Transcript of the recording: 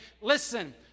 listen